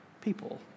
people